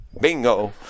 Bingo